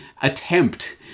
attempt